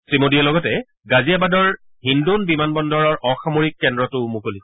শ্ৰীমোদীয়ে লগতে গাজিয়াবাদৰ হিন্দ'ন বিমান বন্দৰৰ অসামৰিক কেন্দ্ৰটোও মুকলি কৰিব